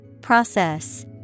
Process